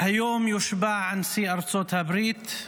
היום יושבע נשיא ארצות הברית,